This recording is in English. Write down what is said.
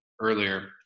earlier